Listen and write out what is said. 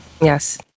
Yes